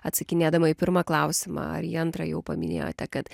atsakinėdama į pirmą klausimą ar į antrą jau paminėjote kad